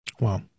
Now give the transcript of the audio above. Wow